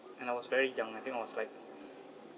and I was very young I think I was like